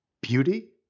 Beauty